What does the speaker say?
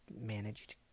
managed